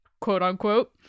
quote-unquote